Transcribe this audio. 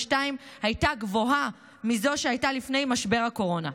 הייתה גבוהה מזו שהייתה לפני משבר הקורונה.